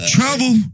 Trouble